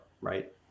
right